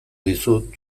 dizut